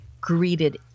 Greeted